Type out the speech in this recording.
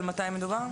על מתי מדובר?